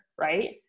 right